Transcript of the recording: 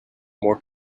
more